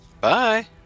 Bye